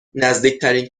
نزدیکترین